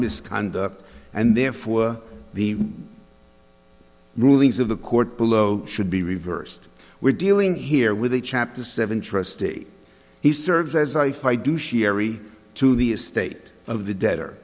misconduct and therefore the rulings of the court below should be reversed we're dealing here with a chapter seven trustee he serves as i fight do sherry to the estate of the debtor